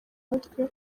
mutwe